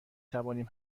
توانیم